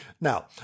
Now